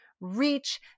reach